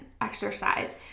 exercise